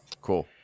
Cool